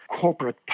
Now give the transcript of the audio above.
corporate